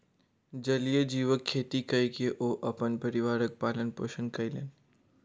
जलीय जीवक खेती कय के ओ अपन परिवारक पालन पोषण कयलैन